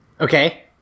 Okay